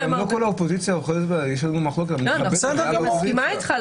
גם לא כל האופוזיציה לוקחת חלק במחלוקת --- אני מסכימה איתך,